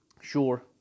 sure